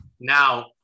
Now